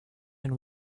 and